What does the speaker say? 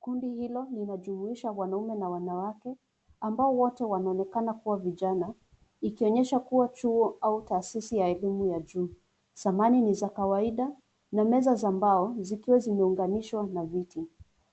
Kundi hilo linajumuisha wanaume na wanawake ambao wote wanaoonekana kuwa vijana, ikionyesha kuwa chuo au taasisi ya elimu ya juu. Samani ni za kawaida na meza za mbao zikiwa zimeunganishwa na viti.